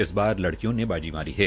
इस बार लड़कियों ने बाज़ी मारी है